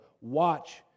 watch